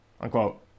unquote